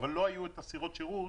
אבל לא היו סירות שירות